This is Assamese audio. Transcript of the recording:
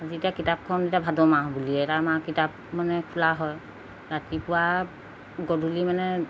যেতিয়া কিতাপখন এতিয়া ভাদ মাহ বুলিয়েই এটা মাহ কিতাপ মানে খোলা হয় ৰাতিপুৱা গধূলি মানে